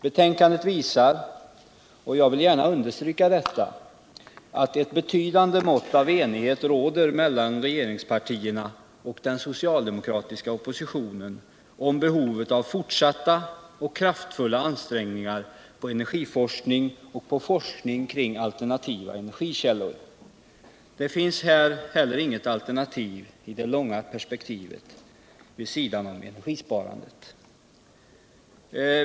Betänkandet visar — jag vill gärna understryka det — att ett betydande mått av enighet räder mellan rogeringspartierna och den socialdemokratiska oppositionen om behovet av fortsatta och kraftfulla ansträngningar för energiforskning och forskning kring alternativa energikällor. Det finns här inte heller något alternativ i det långa perspektivet vid sidan av energispurandet.